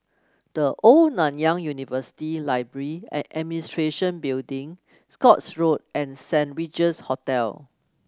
The Old Nanyang University Library And Administration Building Scotts Road and Saint Regis Hotel